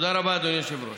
תודה רבה, אדוני היושב-ראש.